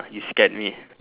you scared me